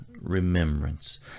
remembrance